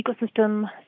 ecosystem